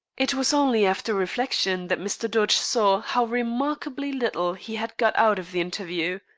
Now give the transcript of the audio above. it was only after reflection that mr. dodge saw how remarkably little he had got out of the interview.